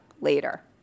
later